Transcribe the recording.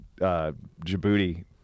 Djibouti